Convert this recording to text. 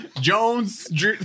Jones